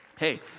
Hey